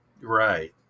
Right